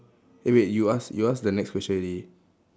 eh wait you ask you ask the next question already